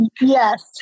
Yes